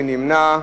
מי נמנע?